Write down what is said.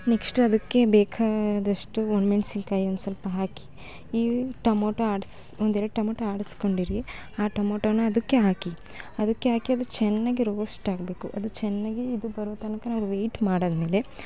next ಅದಕ್ಕೆ ಬೇಕಾದಷ್ಟು ಒಣ ಮೆಣ್ಸಿನ್ಕಾಯಿ ಒಂದು ಸ್ವಲ್ಪ ಹಾಕಿ ಈ ಟಮೋಟೊ ಆಡ್ಸಿ ಒಂದೆರಡು ಟಮೋಟೊ ಆಡಿಸ್ಕೊಂಡಿರಿ ಆ ಟಮೋಟೊನ ಅದಕ್ಕೆ ಹಾಕಿ ಅದಕ್ಕೆ ಹಾಕಿ ಅದು ಚೆನ್ನಾಗಿ ರೋಸ್ಟ್ ಆಗಬೇಕು ಅದು ಚೆನ್ನಾಗಿ ಇದು ಬರೋ ತನಕ ನಾವು ವೇಯ್ಟ್ ಮಾಡಿದ್ಮೇಲೆ